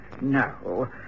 no